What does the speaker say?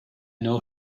know